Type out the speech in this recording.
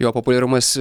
jo populiarumas